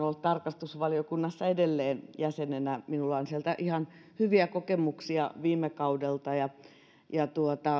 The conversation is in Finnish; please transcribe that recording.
olla tarkastusvaliokunnassa edelleen jäsenenä minulla on sieltä ihan hyviä kokemuksia viime kaudelta